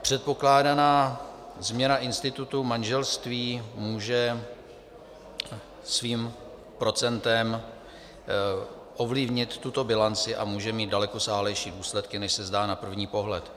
Předpokládaná změna institutu manželství může svým procentem ovlivnit tuto bilanci a může mít dalekosáhlejší důsledky, než se zdá na první pohled.